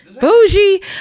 bougie